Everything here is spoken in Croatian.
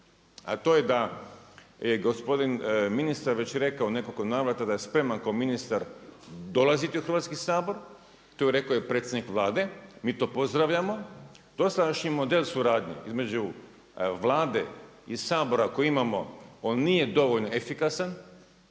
a to je da je gospodin ministar već rekao u nekoliko navrata da je spreman kao ministar dolaziti u Hrvatski sabor, to je rekao i predsjednik Vlade, mi to pozdravljamo. Dosadašnji model suradnje između Vlade i Sabora koji imamo on nije dovoljno efikasan,